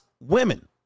women